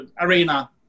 arena